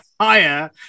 higher